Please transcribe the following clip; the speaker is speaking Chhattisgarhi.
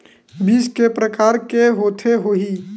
बीज के प्रकार के होत होही?